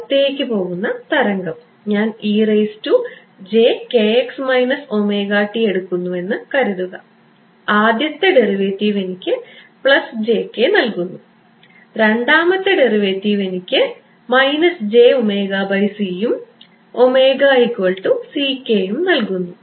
വലത്തേക്ക് പോകുന്ന തരംഗം ഞാൻ എടുക്കുന്നു എന്ന് കരുതുക ആദ്യത്തെ ഡെറിവേറ്റീവ് എനിക്ക് പ്ലസ് jk നൽകുന്നു രണ്ടാമത്തെ ഡെറിവേറ്റീവ് എനിക്ക് യും യും നൽകുന്നു